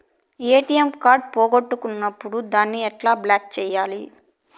ATM card పోగొట్టుకున్నప్పుడు దాన్ని ఎట్లా బ్లాక్ సేయాలి